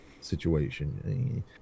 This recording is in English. situation